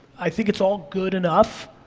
i think it's all good enough,